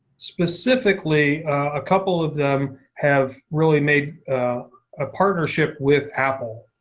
specifically, a couple of them have really made a partnership with apple.